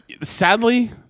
Sadly